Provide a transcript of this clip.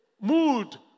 mood